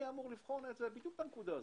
אמור לבחון את זה, בדיוק את הנקודה הזאת,